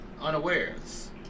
unawares